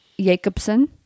Jacobson